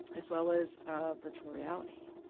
as well as virtual reality.